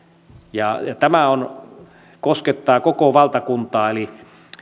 ja tämä koskettaa koko valtakuntaa eli